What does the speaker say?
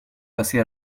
passez